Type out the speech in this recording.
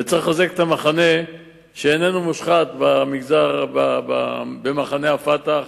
וצריך לחזק את המחנה שאיננו מושחת במחנה ה"פתח",